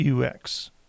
UX